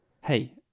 Hey